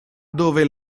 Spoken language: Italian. dove